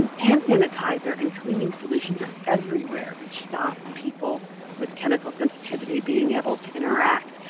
and hand sanitizer and cleaning solutions are everywhere, which stop people with chemical sensitivity being able to interact.